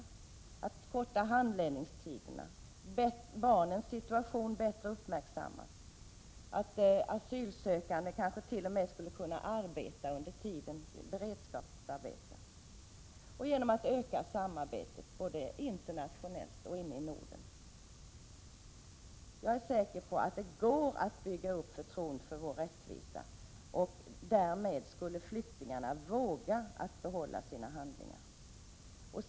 Vidare innebär förslaget att handläggningstiderna måste förkortas, att barnens situation måste uppmärksammas bättre och att de asylsökande kanske t.o.m. skulle kunna arbeta under tiden med beredskapsarbete och att samarbetet både internationellt och i Norden skall öka. Jag är säker på att det går att bygga upp förtroendet för vår rättvisa. Därmed skulle flyktingarna våga behålla sina handlingar.